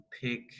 pick